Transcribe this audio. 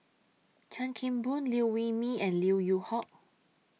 Chan Kim Boon Liew Wee Mee and Lim Yew Hock